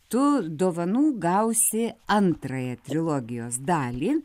tu dovanų gausi antrąją trilogijos dalį